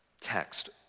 text